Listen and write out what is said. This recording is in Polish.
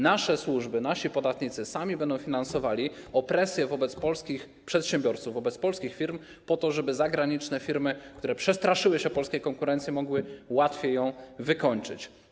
Nasze służby, nasi podatnicy sami będą finansowali opresje wobec polskich przedsiębiorców, wobec polskich firm, po to żeby zagraniczne firmy, które przestraszyły się polskiej konkurencji, mogły łatwiej ją wykończyć.